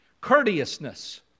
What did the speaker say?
Courteousness